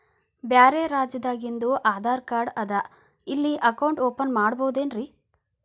ಬ್ಯಾರೆ ರಾಜ್ಯಾದಾಗಿಂದು ಆಧಾರ್ ಕಾರ್ಡ್ ಅದಾ ಇಲ್ಲಿ ಅಕೌಂಟ್ ಓಪನ್ ಮಾಡಬೋದೇನ್ರಿ?